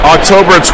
October